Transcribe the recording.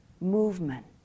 movement